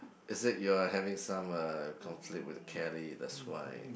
is it you're having some uh conflict with Kelly that's why